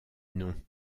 non